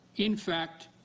in fact